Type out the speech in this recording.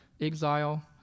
exile